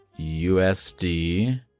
USD